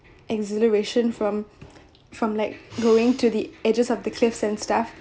exhilaration from from like going to the edges of the cliffs and stuff